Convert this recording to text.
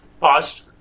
past